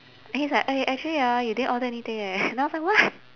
and he's like eh actually ah you didn't order anything eh then I was like what